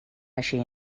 així